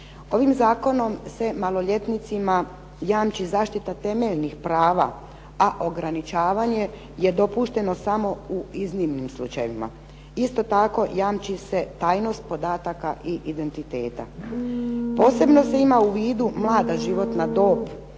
Ovim Zakonom se maloljetnicima jamči zaštita temeljnih prava a ograničavanje je dopušteno samo u iznimnim slučajevima. Isto tako jamči se tajnost podataka i identiteta. Posebno se ima u vidu mlada životna dob